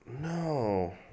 No